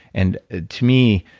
and ah to me,